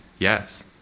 Yes